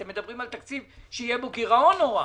אתם מדברים על תקציב שיהיה בו גירעון נורא.